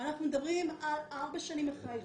אנחנו מדברים על ארבע שנים אחרי האיחוד.